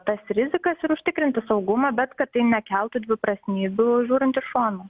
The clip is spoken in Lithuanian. tas rizikas ir užtikrinti saugumą bet kad tai nekeltų dviprasmybių žiūrint iš šono